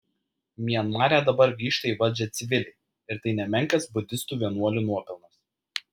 mianmare dabar grįžta į valdžią civiliai ir tai nemenkas budistų vienuolių nuopelnas